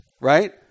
right